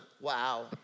Wow